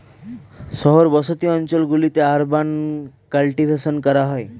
শহর বসতি অঞ্চল গুলিতে আরবান কাল্টিভেশন করা হয়